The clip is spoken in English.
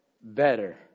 better